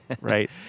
Right